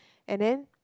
and then